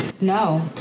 No